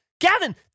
Gavin